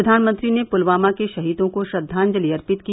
प्रधानमंत्री ने प्लवामा के शहीदोंको श्रद्वांजलि अर्पित की